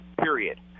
period